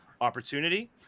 opportunity